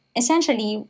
essentially